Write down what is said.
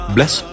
Bless